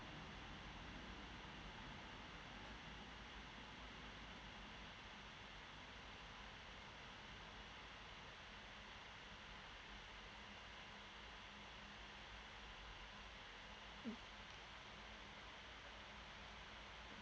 mm